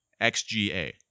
xga